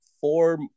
four